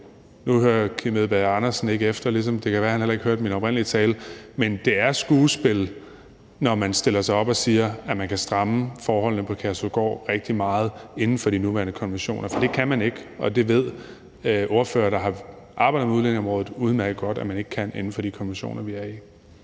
Nu hører hr. Kim Edberg Andersen ikke efter, og det kan være, at han heller ikke hørte min oprindelige tale, men det er skuespil, når man stiller sig op og siger, at man kan stramme forholdene på Kærshovedgård rigtig meget inden for de nuværende konventioner, for det kan man ikke. Og det ved ordførere, der har arbejdet med udlændingeområdet, udmærket godt man ikke kan inden for de konventioner, vi er